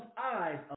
eyes